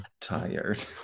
tired